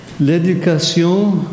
l'éducation